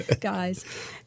guys